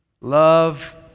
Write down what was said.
Love